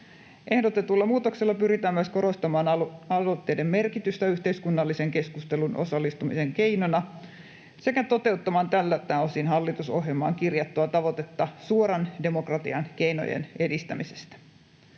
Ehdotetulla muutoksella pyritään myös korostamaan aloitteiden merkitystä yhteiskunnalliseen keskusteluun osallistumisen keinona sekä toteuttamaan tältä osin hallitusohjelmaan kirjattua tavoitetta suoran demokratian keinojen edistämisestä.